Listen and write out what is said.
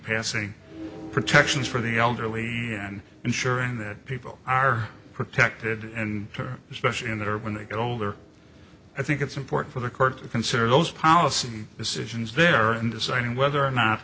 passing protections for the elderly and ensuring that people are protected and especially in that or when they get older i think it's important for the court to consider those policy decisions there in deciding whether or not